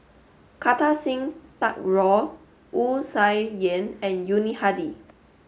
Kartar Singh Thakral Wu Tsai Yen and Yuni Hadi